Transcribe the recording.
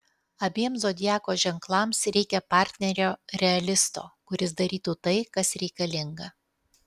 abiem zodiako ženklams reikia partnerio realisto kuris darytų tai kas reikalinga